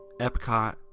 Epcot